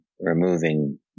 removing